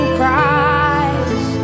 cries